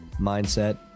mindset